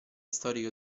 storica